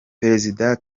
perezida